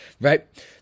right